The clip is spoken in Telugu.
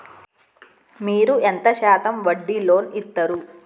మీరు ఎంత శాతం వడ్డీ లోన్ ఇత్తరు?